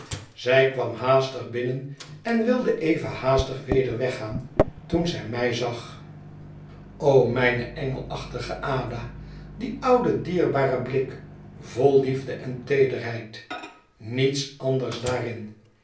zij kwam haastig binnen en wilde even haastig weder heengaan toen zij mij zag o mijne engelachtige ada die oude dierbare blik vol liefde en teederheid niets anders daarin